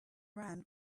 ran